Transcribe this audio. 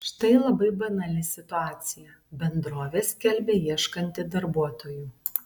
štai labai banali situacija bendrovė skelbia ieškanti darbuotojų